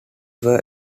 were